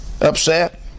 upset